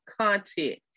content